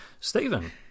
stephen